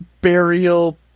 burial